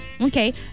Okay